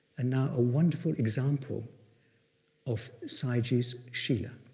and now a wonderful example of sayagyi's sila.